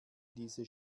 diese